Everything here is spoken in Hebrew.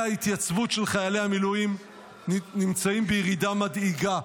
ההתייצבות של חיילי המילואים נמצאים בירידה מדאיגה.